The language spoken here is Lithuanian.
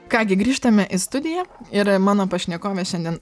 ką gi grįžtame į studiją ir mano pašnekovė šiandien